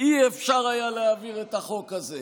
אי-אפשר היה להעביר את החוק הזה,